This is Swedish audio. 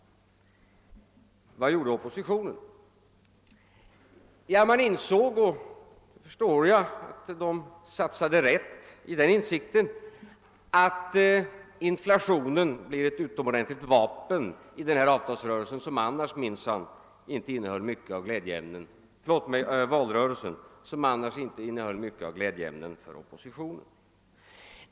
Vad gjorde oppositionen? Jo, man insåg — och jag förstår att man satsade rätt i den insikten — att inflationen skulle bli ett utomordentligt vapen i valrörelsen, som annars inte innehöll mycket av glädjeämnen för oppositionen.